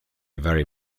very